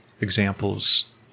examples